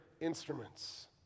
instruments